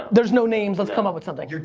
there's no names, let's come up with something?